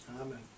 Amen